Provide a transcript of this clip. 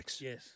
yes